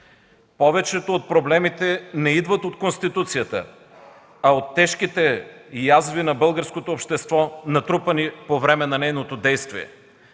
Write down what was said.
Повечето от проблемите не идват от Конституцията, а от тежките язви на българското общество, натрупани по време на нейното действие.